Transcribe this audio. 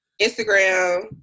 Instagram